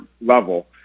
level